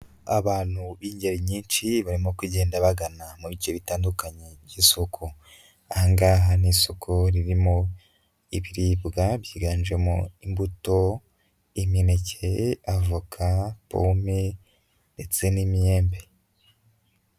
Abantu b'ingeri nyinshi barimo kugenda bagana mu bice bitandukanye by'isoko, aha ngaha ni isoko ririmo ibiribwa byiganjemo imbuto, imineke, avoka, pome ndetse n'imyembe.